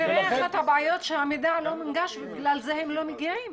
אחת הבעיות היא שהמידע לא מונגש ובגלל זה הם לא מגיעים.